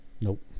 Nope